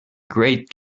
great